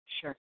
sure